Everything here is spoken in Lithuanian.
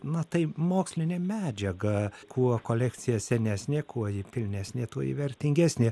na tai mokslinė medžiaga kuo kolekcija senesnė kuo ji pilnesnė tuo ji vertingesnė